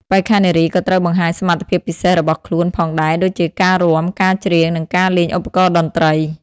បេក្ខនារីក៏ត្រូវបង្ហាញសមត្ថភាពពិសេសរបស់ខ្លួនផងដែរដូចជាការរាំ ការច្រៀង ឬការលេងឧបករណ៍តន្ត្រី។